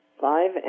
five